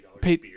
pay